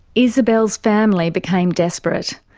isabelle's family became desperate.